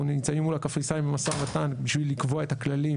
אנחנו נמצאים מול הקפריסאים במשא ומתן בשביל לקבוע את הכללים